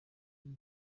uyu